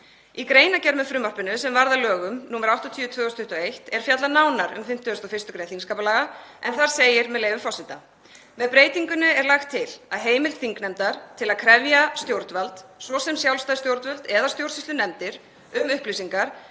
Í greinargerð með frumvarpinu sem varð að lögum nr. 80/2021 er fjallað nánar um 51. gr. þingskapalaga en þar segir, með leyfi forseta: „Með breytingunni er lagt til að heimild þingnefndar til þess að krefja stjórnvald, svo sem sjálfstæð stjórnvöld eða sjálfstæðar stjórnsýslunefndir, um upplýsingar